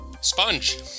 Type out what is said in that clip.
Sponge